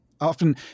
Often